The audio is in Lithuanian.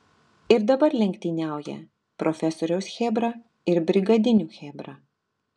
ir dabar lenktyniauja profesoriaus chebra ir brigadinių chebra